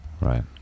right